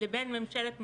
לבין ממשלת מושחתים.